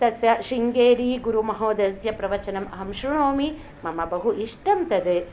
तस्य शृङ्गेरीगुरुमहोदयस्य प्रवचनम् अहं श्रुणोमि मम बहु इष्टं तद्